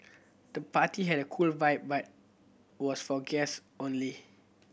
the party had a cool vibe but was for guess only